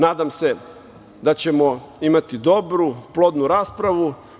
Nadam se da ćemo imati dobru, plodnu raspravu.